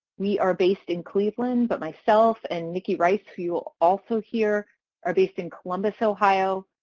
we are based in cleveland but myself and nikki reiss who you will also hear are based in columbus ohio,